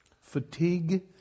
fatigue